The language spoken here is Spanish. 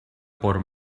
por